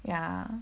ya